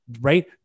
right